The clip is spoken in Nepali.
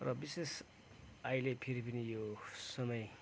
र विशेष अहिले फेरि पनि यो समय